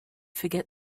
forget